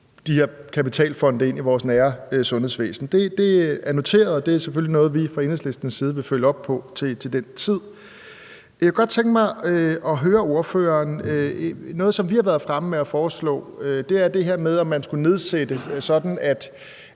de her kapitalfonde ind i vores nære sundhedsvæsen. Det er noteret, og det er selvfølgelig noget, vi fra Enhedslistens side vil følge op på til den tid. Jeg kunne godt tænke mig at høre ministeren om noget, som vi har været fremme med og forslået. Det handler om det her med, om man skulle nedsætte antallet